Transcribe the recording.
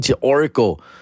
Oracle